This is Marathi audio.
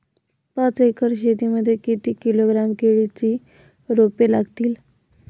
पाच एकर शेती मध्ये किती किलोग्रॅम केळीची रोपे लागतील?